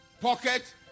Pocket